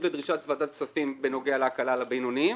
לדרישת ועדת הכספים בנוגע להקלה על הבינוניים